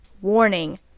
warning